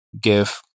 give